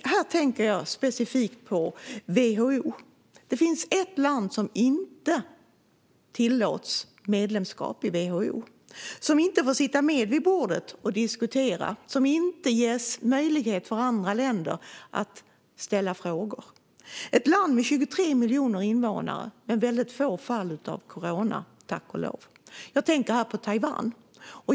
Här tänker jag specifikt på WHO. Det finns ett land som inte tillåts medlemskap i WHO, som inte får sitta med vid bordet och diskutera, som inte ges möjlighet, som andra länder, att ställa frågor. Det är ett land med 23 miljoner invånare men få fall av coronasmittade - tack och lov. Jag tänker här på Taiwan.